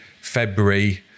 February